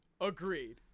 Agreed